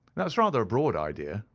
that's rather a broad idea,